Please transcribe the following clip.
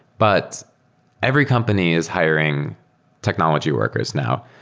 but every company is hiring technology workers now.